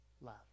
love